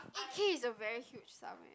eight K is a very huge sum eh